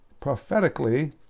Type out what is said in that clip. prophetically